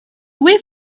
away